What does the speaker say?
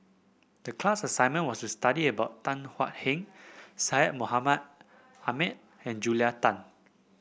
the class assignment was to study about Tan Thuan Heng Syed Mohamed Ahmed and Julia Tan